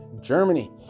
Germany